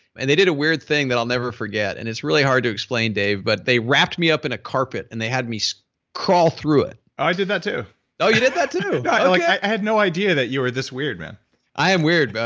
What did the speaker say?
and they did a weird thing that i'll never forget and it's really hard to explain dave but they wrapped me up in a carpet and they had me so crawl through it i did that too you did that too, okay like i had no idea that you were this weird man i am weird. but